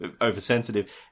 oversensitive